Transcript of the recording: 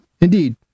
Indeed